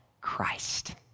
Christ